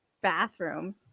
bathroom